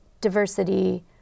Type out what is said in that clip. diversity